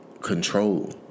control